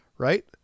Right